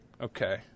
Okay